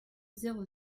zéro